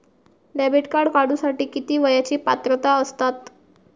Debit card काढूसाठी किती वयाची पात्रता असतात?